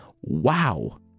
wow